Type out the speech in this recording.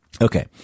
Okay